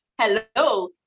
hello